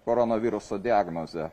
koronaviruso diagnoze